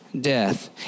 death